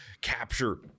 capture